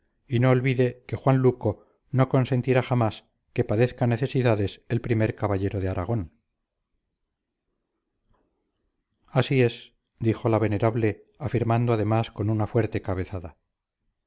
y no olvide que juan luco no consentirá jamás que padezca necesidades el primer caballero de aragón así es dijo la venerable afirmando además con una fuerte cabezada